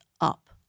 up